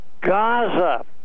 Gaza